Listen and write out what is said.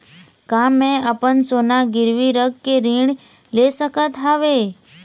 का मैं अपन सोना गिरवी रख के ऋण ले सकत हावे?